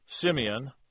Simeon